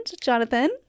Jonathan